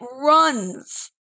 runs